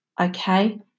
okay